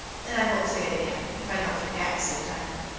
then i won't say it again if i don't forget. said diamond.